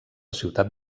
ciutat